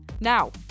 now